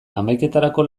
hamaiketarako